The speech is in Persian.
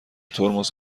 ترمز